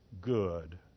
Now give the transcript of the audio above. good